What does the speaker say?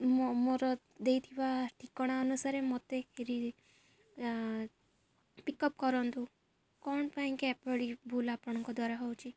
ମୋ ମୋର ଦେଇଥିବା ଠିକଣା ଅନୁସାରେ ମୋତେ କି ପିକଅପ୍ କରନ୍ତୁ କଣ ପାଇଁ କି ଏପରି ଭୁଲ ଆପଣଙ୍କ ଦ୍ୱାରା ହଉଛି